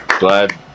Glad